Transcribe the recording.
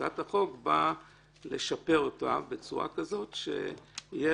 הצעת החוק באה לשפר אותו בצורה כזאת שיהיו